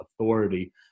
authority